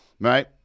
right